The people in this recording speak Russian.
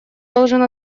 должен